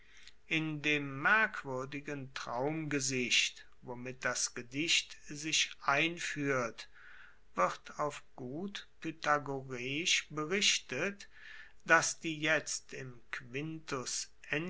in dem merkwuerdigen traumgesicht womit das gedicht sich einfuehrt wird auf gut pythagoreisch berichtet dass die jetzt im quintus